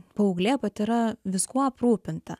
paauglė pati yra viskuo aprūpinta